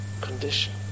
condition